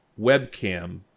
webcam